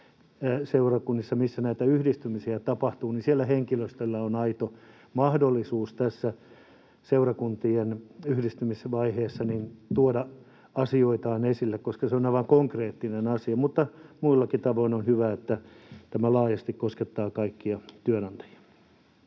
seurakunnissa, missä näitä yhdistymisiä tapahtuu, henkilöstöllä on aito mahdollisuus tässä seurakuntien yhdistymisvaiheessa tuoda asioitaan esille, koska se on aivan konkreettinen asia. Muillakin tavoin on hyvä, että tämä laajasti koskettaa kaikkia työnantajia.